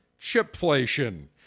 chipflation